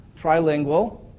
trilingual